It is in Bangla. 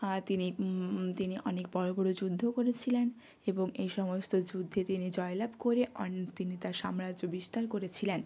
আর তিনি তিনি অনেক বড়ো বড়ো যুদ্ধ করেছিলেন এবং এই সমস্ত যুদ্ধে তিনি জয়লাভ করে অনেক তিনি তার সাম্রাজ্য বিস্তার করেছিলেন